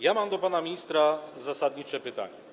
Ja mam do pana ministra zasadnicze pytania.